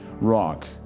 rock